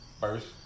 first